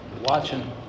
watching